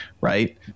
right